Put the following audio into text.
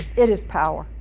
it is power.